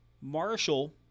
Marshall